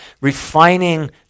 Refining